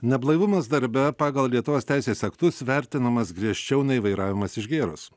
neblaivumas darbe pagal lietuvos teisės aktus vertinamas griežčiau nei vairavimas išgėrus